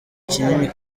kinini